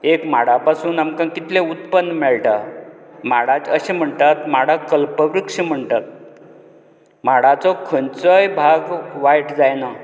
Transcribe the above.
एक माडा पासून आमकां कितलें उत्पन्न मेळटा माडाक अशें म्हणटात माडाक कल्पवृक्ष म्हणटात माडाचो खंयचोय भाग वायट जायना